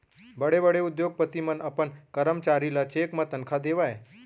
बड़े बड़े उद्योगपति मन अपन करमचारी ल चेक म तनखा देवय